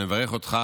אני מברך אותך